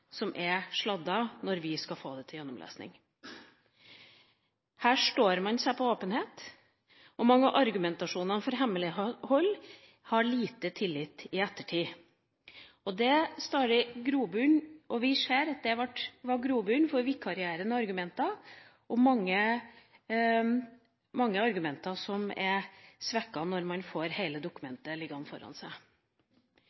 som er sladdet når vi får det til gjennomlesning. Her står man seg på åpenhet, og mange av argumentasjonene for hemmelighold har lite tillit i ettertid. Vi ser at det var grobunn for vikarierende argumenter, og at mange argumenter er svekket når man får hele